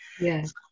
Yes